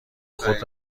خود